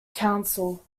council